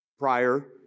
prior